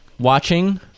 watching